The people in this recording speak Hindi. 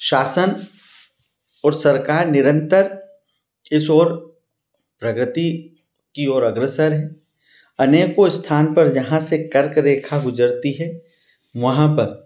शासन और सरकार निरन्तर इस ओर प्रगति की ओर अग्रसर है अनेक स्थान पर जहाँ से कर्क रेखा गुजरती है वहाँ पर